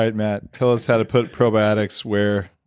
ah matt. tell us how to put probiotics where.